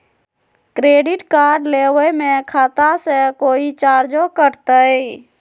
Credit card लेवे में खाता से कोई चार्जो कटतई?